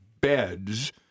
beds